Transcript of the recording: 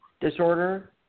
disorder